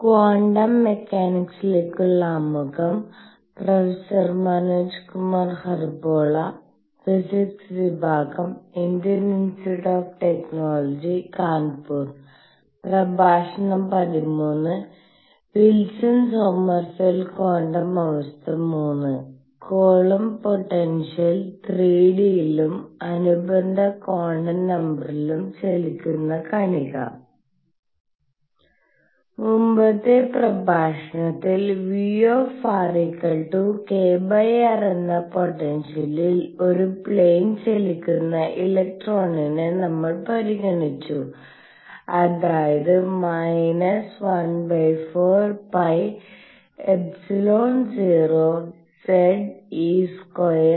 Wilson Sommerfeld quantum അവസ്ഥ III Coulomb പൊട്ടൻഷ്യലിൽ 3d ലും അനുബന്ധ ക്വാണ്ടം നമ്പറുകളിലും ചലിക്കുന്ന കണിക മുമ്പത്തെ പ്രഭാഷണത്തിൽ Vkr എന്ന പൊട്ടൻഷ്യലിൽ ഒരു പ്ലെയിൻ ചലിക്കുന്ന ഇലക്ട്രോണിനെ നമ്മൾ പരിഗണിച്ചു അതായത് ¼πε₀ze²r